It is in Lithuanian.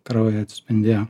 kraujyje atspindėjo